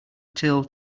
till